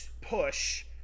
push